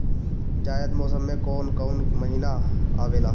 जायद मौसम में कौन कउन कउन महीना आवेला?